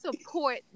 support